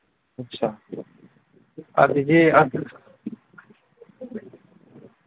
ꯑꯁꯥ ꯑꯗꯒꯤ